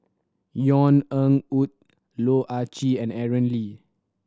Yvonne Ng Uhde Loh Ah Chee and Aaron Lee